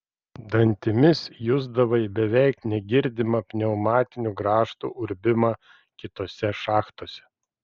dantimis jusdavai beveik negirdimą pneumatinių grąžtų urbimą kitose šachtose